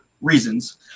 reasons